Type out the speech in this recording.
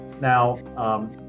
Now